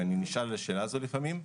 אני נשאל את השאלה הזו לפעמים,